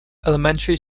elementary